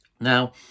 now